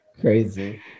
Crazy